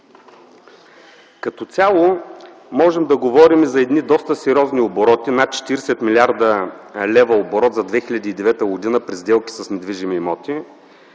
Като цяло можем да говорим за едни доста сериозни обороти – над 40 млрд. лв. оборот за 2009 г. при сделки с недвижими имоти.